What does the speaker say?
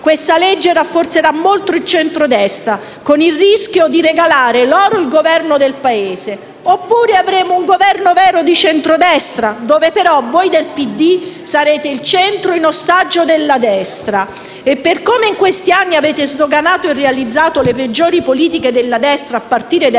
Questa legge rafforzerà molto il centrodestra, con il rischio di regalare loro il governo del Paese; oppure avremo un Governo vero di centrodestra, dove però voi del PD sarete il centro in ostaggio della destra. E, per come in questi anni avete sdoganato e realizzato le peggiori politiche della destra, a partire dai